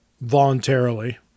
voluntarily